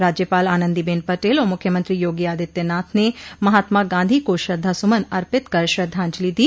राज्यपाल आनंदीबेन पटेल और मुख्यमंत्री योगी आदित्यनाथ ने महात्मा गांधी को श्रद्वासुमन अर्पित कर श्रद्वांजलि दी